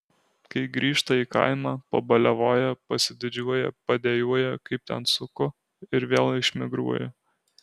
kai grįžta į kaimą pabaliavoja pasididžiuoja padejuoja kaip ten suku ir vėl išmigruoja